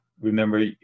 Remember